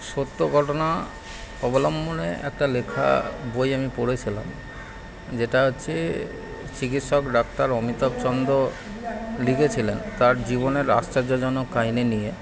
সত্য ঘটনা অবলম্বনে একটা লেখা বই আমি পড়েছিলাম যেটা হচ্ছে চিকিৎসক ডাক্তার অমিতাভ চন্দ লিখেছিলেন তার জীবনের আশ্চর্যজনক কাহিনী নিয়ে